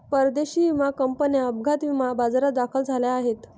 परदेशी विमा कंपन्या अपघात विमा बाजारात दाखल झाल्या आहेत